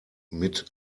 mit